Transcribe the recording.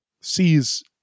sees